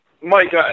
Mike